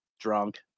drunk